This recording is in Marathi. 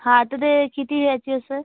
हां तर ते किती ह्याची असेल